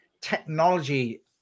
technology